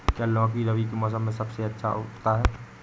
क्या लौकी रबी के मौसम में सबसे अच्छा उगता है?